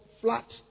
flat